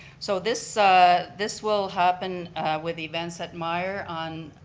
so this this will happen with events at myer on